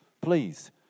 please